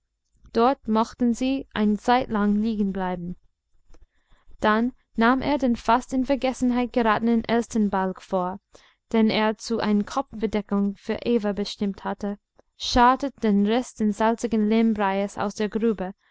dort mochten sie eine zeitlang liegen bleiben dann nahm er den fast in vergessenheit geratenen elsternbalg vor den er zu einer kopfbedeckung für eva bestimmt hatte scharrte den rest des salzigen lehmbreies aus der grube